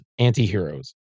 antiheroes